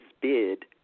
bid